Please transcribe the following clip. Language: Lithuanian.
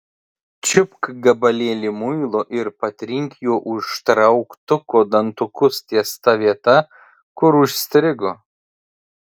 čiupk gabalėlį muilo ir patrink juo užtrauktuko dantukus ties ta vieta kur užstrigo